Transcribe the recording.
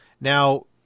Now